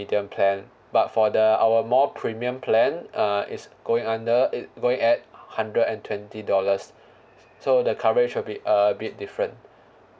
medium plan but for the our more premium plan uh it's going under it's going at hundred and twenty dollars so the coverage will be a bit different